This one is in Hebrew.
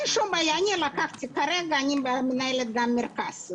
אני כרגע מנהלת גם מרכז.